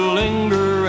linger